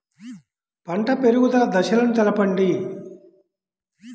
పంట పెరుగుదల దశలను తెలపండి?